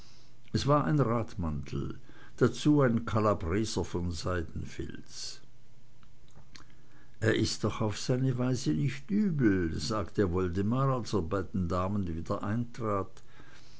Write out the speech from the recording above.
es war ein radmantel dazu ein kalabreser von seidenfilz er ist doch auf seine weise nicht übel sagte woldemar als er bei den damen wieder eintrat